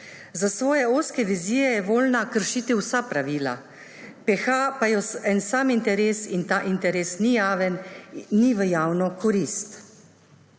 Za svoje ozke vizije je voljna kršiti vsa pravila. Peha pa jo en sam interes, in ta interes ni javen, ni v javno korist.